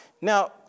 Now